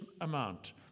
amount